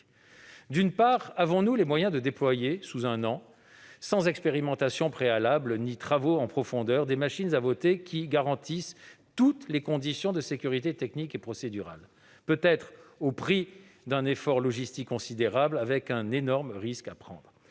D'une part, avons-nous les moyens de déployer, sous un an, sans expérimentation préalable ni travaux en profondeur, des machines à voter qui garantissent toutes les conditions de sécurité technique et procédurale ? Peut-être au prix d'un effort logistique considérable avec un énorme risque potentiel